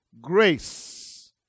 grace